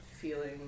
feeling